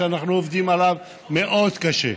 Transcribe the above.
חוק שאנחנו עובדים עליו מאוד קשה,